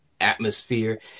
atmosphere